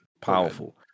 Powerful